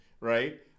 right